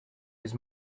his